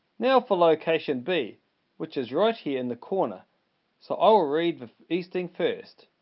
now for location b which is right here in the corner so i will read the easting first.